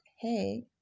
hey